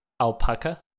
Alpaca